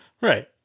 right